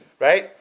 right